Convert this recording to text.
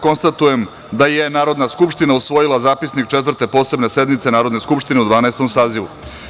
Konstatujem da je Narodna skupština usvojila Zapisnik Četvrte posebne sednice Narodne skupštine u Dvanaestom sazivu.